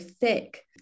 thick